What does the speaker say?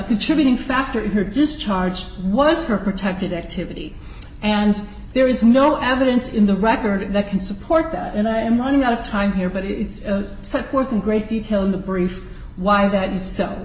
contributing factor in her discharge was her protected activity and there is no evidence in the record that can support that and i am one out of time here but it's set forth in great detail in the brief why that is so